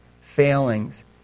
failings